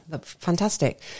fantastic